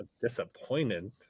Disappointed